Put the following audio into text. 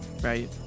right